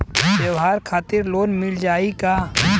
त्योहार खातिर लोन मिल जाई का?